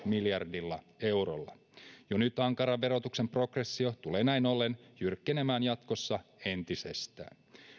miljardilla eurolla jo nyt ankaran verotuksen progressio tulee näin ollen jyrkkenemään jatkossa entisestään